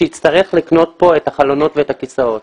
הוא יצטרך לקנות כאן את החלונות ואת הכיסאות.